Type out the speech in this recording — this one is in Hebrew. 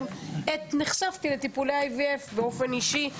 עת נחשפתי לטיפול IVF באופן אישי,